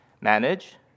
manage